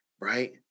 right